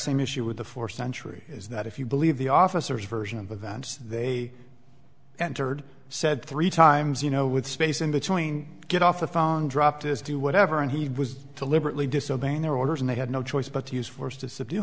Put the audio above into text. same issue with the four century is that if you believe the officers version of events they entered said three times you know with space in between get off the phone drop this do whatever and he was deliberately disobeying their orders and they had no choice but to use force to subdue